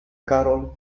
carroll